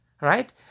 Right